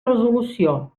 resolució